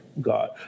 God